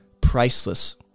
priceless